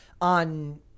on